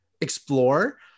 explore